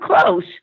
close